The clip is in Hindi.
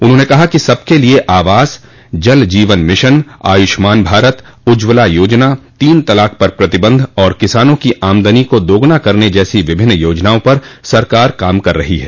उन्हाने कहा कि सबके लिये आवास जल जीवन मिशन आय्ष्मान भारत उज्जवला योजना तीन तलाक पर प्रतिबंध और किसानों की आमदनी को दोगुना करने जैसी विभिन्न योजनाओं पर सरकार काम कर रही है